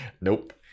Nope